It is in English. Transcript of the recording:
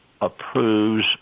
approves